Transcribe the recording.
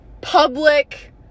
public